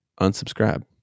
unsubscribe